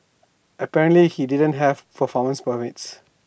apparently he didn't have permits